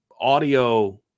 audio